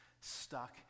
stuck